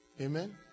Amen